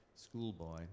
schoolboy